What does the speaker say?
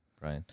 right